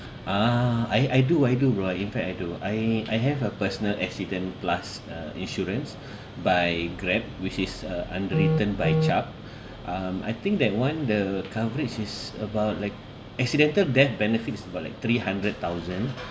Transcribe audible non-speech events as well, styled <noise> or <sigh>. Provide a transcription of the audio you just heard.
uh I I do I do bro in fact I do I I have a personal accident plus uh insurance <breath> by grab which is uh underwritten by Chubb um I think that one the coverage is about like accidental death benefits for like three hundred thousand